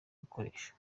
gukoresha